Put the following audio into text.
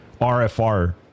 RFR